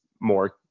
more